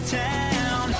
town